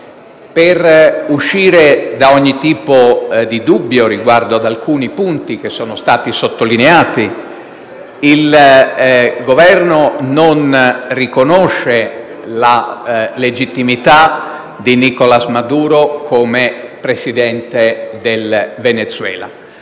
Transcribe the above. Per uscire da ogni tipo di dubbio riguardo ad alcuni punti che sono stati sottolineati, il Governo non riconosce la legittimità di Nicolás Maduro come Presidente del Venezuela.